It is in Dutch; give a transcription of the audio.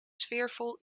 sfeervol